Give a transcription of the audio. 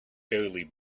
barely